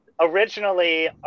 originally